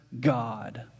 God